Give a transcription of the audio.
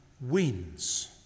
wins